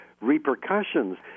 repercussions